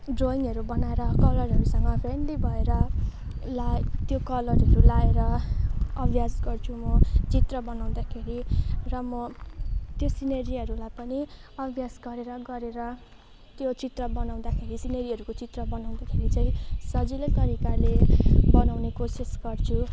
ड्रइङहरू बनाएर कलरहरूसँग फ्रेन्डली भएर ला त्यो कलरहरू लगाएर अभ्यास गर्छु म चित्र बनाउँदाखेरि र म त्यो सिनेरीहरूलाई पनि अभ्यास गरेर गरेर त्यो चित्र बनाउँदाखेरि सिनेरीहरूको चित्र बनाउँदाखेरि चाहिँ सजिलै तरिकाले बनाउने कोसिस गर्छु